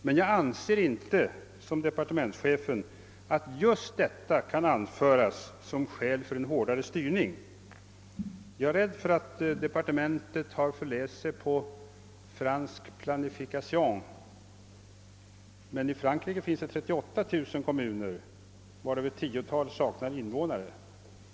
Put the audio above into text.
Men jag anser inte, som departementschefen, att detta kan anföras som skäl för en hårdare styrning. Jag är rädd för att departementet har förläst sig på fransk »planification». Men i Frankrike finns det 38 000 kommuner — varav ett tiotal saknar invånare.